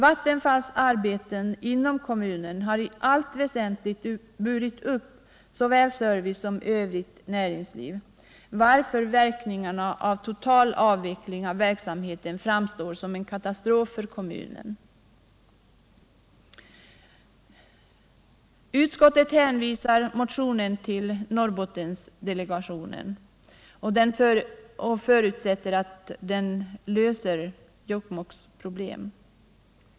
Vattenfalls arbeten inom kommunen har i allt väsentligt burit upp såväl service som övrigt näringsliv, varför verkningarna av en total avveckling av verksamheten framstår som en katastrof för kommunen. Utskottet hänvisar till Norrbottendelegationen och förutsätter att den löser Jokkmokks problem.